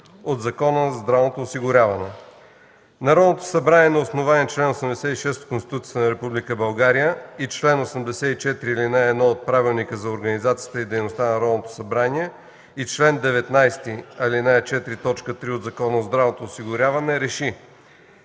от Закона за здравното осигуряване Народното събрание на основание чл. 86 от Конституцията на Република България и чл. 84, ал. 1 от Правилника за организацията и дейността на Народното събрание и чл. 19, ал. 4, т. 3 от Закона за здравното осигуряване РЕШИ: